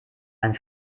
ein